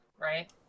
right